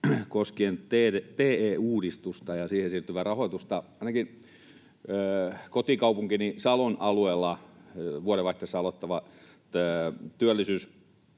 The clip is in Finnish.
koskien TE-uudistusta ja siihen siirtyvää rahoitusta. Ainakin kotikaupunkini Salon alueella vuodenvaihteessa aloittava